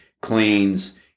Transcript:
cleans